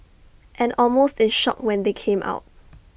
and almost in shock when they came out